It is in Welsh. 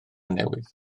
newydd